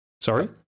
Sorry